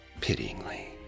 pityingly